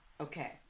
Okay